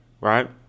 right